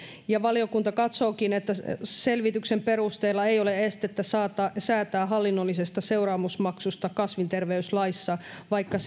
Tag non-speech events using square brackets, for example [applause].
valiokunta katsookin että selvityksen perusteella ei ole estettä säätää säätää hallinnollisesta seuraamusmaksusta kasvinterveyslaissa vaikka [unintelligible]